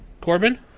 Corbin